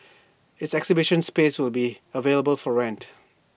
its exhibition space will be available for rent